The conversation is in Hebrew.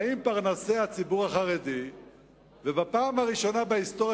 באים פרנסי הציבור החרדי ובפעם הראשונה בהיסטוריה